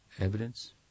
evidence